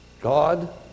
God